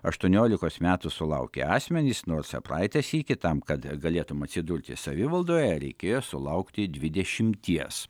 aštuoniolikos metų sulaukę asmenys nors praeitą sykį tam kad galėtum atsidurti savivaldoje reikėjo sulaukti dvidešimties